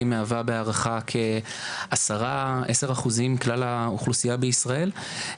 מהווה בהערכה כעשרה אחוזים מכלל האוכלוסיה בישראל,